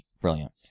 brilliant